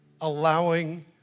allowing